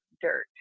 dirt